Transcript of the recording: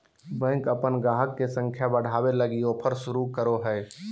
bank अपन गाहक के संख्या बढ़ावे लगी ऑफर शुरू करो हय